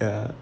ya